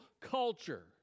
culture